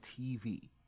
TV